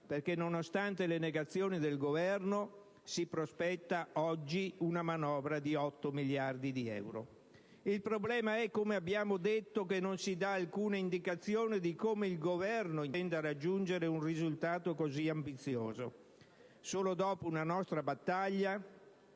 nonostante le negazioni del Governo, si prospetta oggi una manovra di 8 miliardi di euro. Il problema è - come abbiamo detto - che non si dà alcuna indicazione di come il Governo intenda raggiungere un risultato così ambizioso. Solo dopo una nostra battaglia